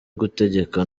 gutegeka